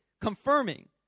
confirming